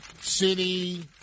city